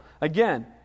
Again